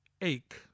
ache